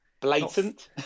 blatant